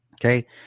Okay